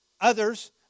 Others